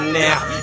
now